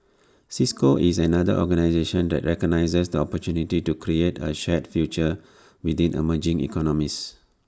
cisco is another organisation that recognises the opportunity to create A shared future within emerging economies